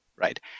right